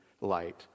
light